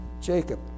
Jacob